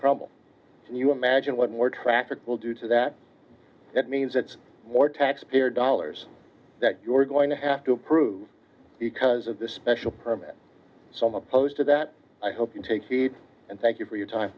crumble and you imagine what more traffic will do to that that means it's more taxpayer dollars that you're going to have to prove because of the special permit some opposed to that i hope you take heed and thank you for your time